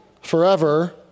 forever